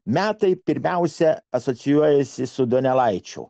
metai pirmiausia asocijuojasi su donelaičio